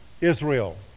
Israel